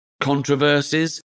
controversies